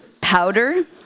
Powder